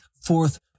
fourth